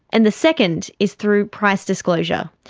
and the second is through price disclosure.